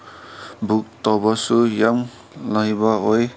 book ꯇꯧꯕꯁꯨ ꯌꯥꯝ ꯂꯥꯏꯕ ꯑꯣꯏ